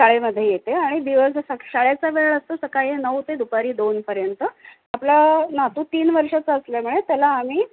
शाळेमध्ये येते आणि दिवस शाळेचा वेळ असतो सकाळी नऊ ते दुपारी दोनपर्यंत आपला नातू तीन वर्षाचा असल्यामुळे त्याला आम्ही